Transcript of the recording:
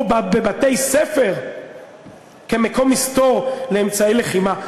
או בבתי-ספר כמקום מסתור לאמצעי לחימה.